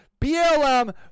BLM